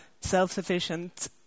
self-sufficient